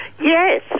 Yes